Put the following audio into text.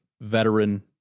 veteran